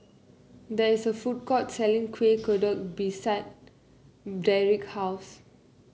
there is a food court selling Kuih Kodok beside Dedric's house